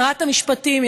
שרת המשפטים,